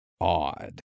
odd